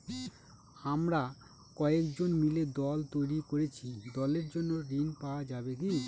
আমরা কয়েকজন মিলে দল তৈরি করেছি দলের জন্য ঋণ পাওয়া যাবে কি?